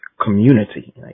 community